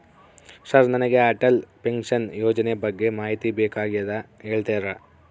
Sir ನನಗೆ Atal pension ಯೋಜನೆ ಬಗ್ಗೆ ಮಾಹಿತಿ ಬೇಕಾಗ್ಯದ ಹೇಳ್ತೇರಾ?